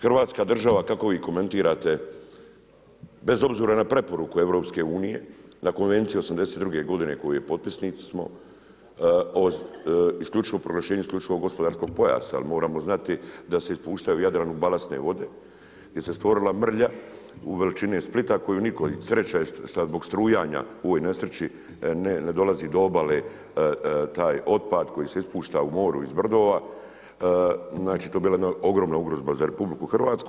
Hrvatska država kako vi komentirate, bez obzira na preporuke EU, na konvencije '82. g. koji potpisnik smo isključivo proglašenje isključivog gospodarskog pojasa, jer moramo znati da se ispuštaju u Jadran u balansne vode, gdje se je stvorila mrlja u veličine Splita, koje nitko, sreće zbog strujanja u ovoj nesreći ne dolazi do obale taj otpad koji se ispušta u moru iz … Znači to bi bila jedna ogromna ugroza za RH.